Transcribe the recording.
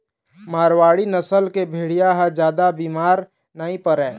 मारवाड़ी नसल के भेड़िया ह जादा बिमार नइ परय